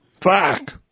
Fuck